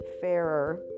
fairer